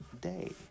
day